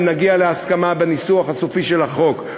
אם נגיע להסכמה בניסוח הסופי של החוק,